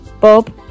Bob